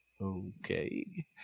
okay